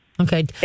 Okay